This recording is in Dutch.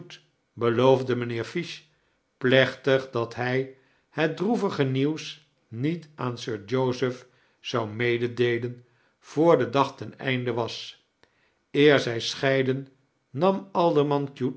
beloofde mijnlieer fish plechbig dat hij het droevige nieuws niet aan sir joseph zou meedeelen voor de dag ten einde was eer zij scheidden nam alderman cute